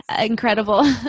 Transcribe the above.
incredible